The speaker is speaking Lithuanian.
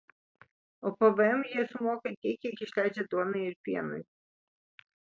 o pvm jie sumoka tiek kiek išleidžia duonai ir pienui